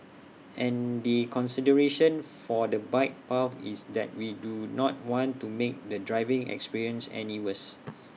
and the consideration for the bike path is that we do not want to make the driving experience any worse